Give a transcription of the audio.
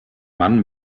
mann